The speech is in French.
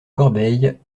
corbeille